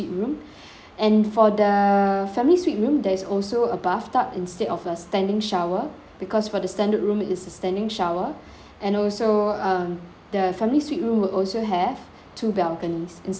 and for the family suite room there is also a bath tub instead of a standing shower because for the standard room is a standing shower and also um the family suite room will also have two balconies instead of one